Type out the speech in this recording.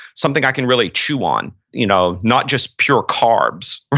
something i can really chew on, you know not just pure carbs,